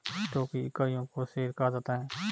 stock की इकाइयों को शेयर कहा जाता है